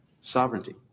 Sovereignty